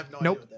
Nope